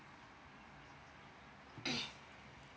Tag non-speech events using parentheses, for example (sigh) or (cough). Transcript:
(coughs)